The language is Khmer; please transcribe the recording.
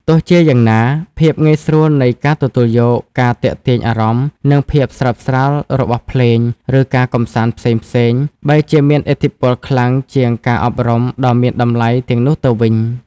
ទោះជាយ៉ាងណា ភាពងាយស្រួលនៃការទទួលយក ការទាក់ទាញអារម្មណ៍ និងភាពស្រើបស្រាលរបស់ភ្លេង ឬការកម្សាន្តផ្សេងៗ បែរជាមានឥទ្ធិពលខ្លាំងជាងការអប់រំដ៏មានតម្លៃទាំងនោះទៅវិញ។